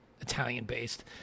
Italian-based